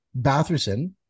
Batherson